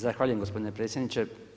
Zahvaljujem gospodine predsjedniče.